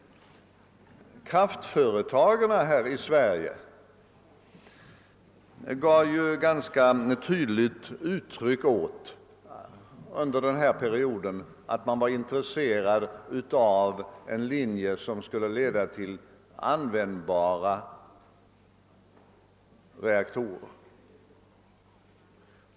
Kraftföretagen i Sverige gav under denna period ganska tydligt uttryck åt att man var intresserad av en linje som skulle leda till kommersiellt användbara reaktorer.